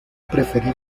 preferido